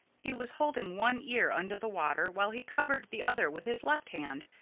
he was holding one ear under the water while he covered the other with his left hand.